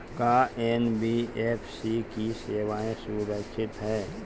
का एन.बी.एफ.सी की सेवायें सुरक्षित है?